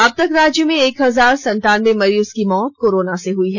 अब तक राज्य में एक हजार सनतानबे मरीज की मौत कोरोना से हुई हैं